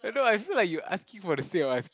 I know I feel like you asking for the sake of asking